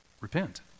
Repent